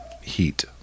heat